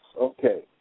Okay